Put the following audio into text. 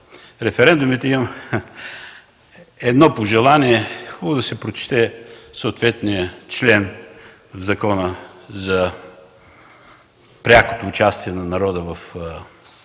референдумите, имам едно пожелание – хубаво е да се прочете съответният член в Закона за прякото участие на народа в